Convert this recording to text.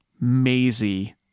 Maisie